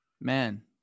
Man